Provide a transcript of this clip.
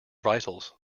vitals